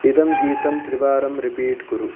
इदं गीतं त्रिवारं रिपीट् कुरु